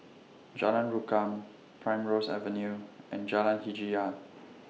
Jalan Rukam Primrose Avenue and Jalan Hajijah